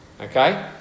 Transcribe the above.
okay